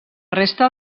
resta